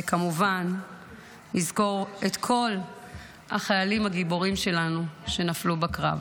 וכמובן לזכור את כל החיילים הגיבורים שלנו שנפלו בקרב: